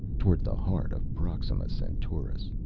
toward the heart of proxima centaurus,